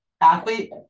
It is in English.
athlete